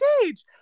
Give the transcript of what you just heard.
stage